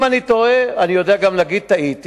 אם אני טועה, אני גם יודע להגיד שטעיתי.